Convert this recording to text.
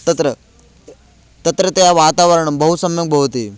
तत्र तत्रत्य वातावरणं बहु सम्यक् भवति